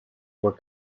were